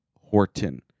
Horton